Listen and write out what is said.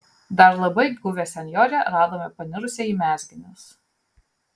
dar labai guvią senjorę radome panirusią į mezginius